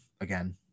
again